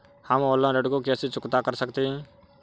हम ऑनलाइन ऋण को कैसे चुकता कर सकते हैं?